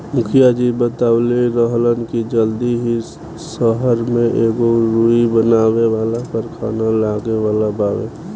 मुखिया जी बतवले रहलन की जल्दी ही सहर में एगो रुई बनावे वाला कारखाना लागे वाला बावे